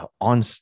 on